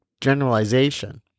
generalization